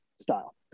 style